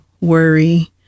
worry